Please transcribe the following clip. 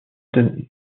donne